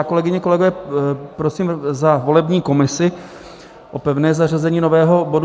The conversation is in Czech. Kolegyně a kolegové, prosím za volební komisi o pevné zařazení nového bodu.